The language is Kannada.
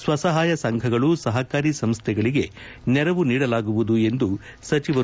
ಸ್ವಸಹಾಯ ಸಂಘಗಳು ಸಹಕಾರಿ ಸಂಸ್ವೆಗಳಿಗೆ ನೆರವು ನೀಡಲಾಗುವುದು ಎಂದರು